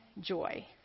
joy